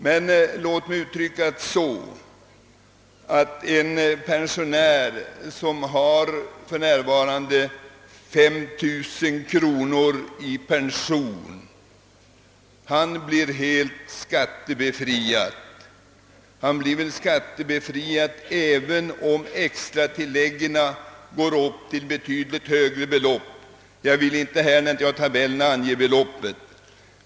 Men låt mig uttrycka saken så, att en pensionär, som för närvarande har 2 000 kronor i pension, blir helt befriad från skatt, även om de extra inkomsterna uppgår till betydligt högre belopp — jag vill som sagt inte ange något belopp eftersom jag inte har tillgång till några tabeller.